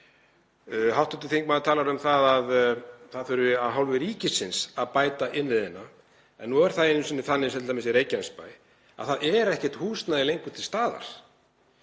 Hv. þingmaður talar um að það þurfi af hálfu ríkisins að bæta innviðina, en nú er það einu sinni þannig í Reykjanesbæ að það er ekkert húsnæði lengur til staðar.